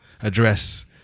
address